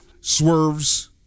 Swerves